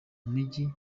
mujyi